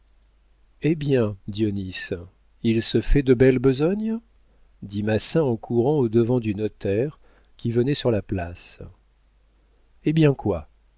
eh bien dionis il se fait de belle besogne dit massin en courant au-devant du notaire qui venait sur la place eh bien quoi